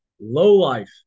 low-life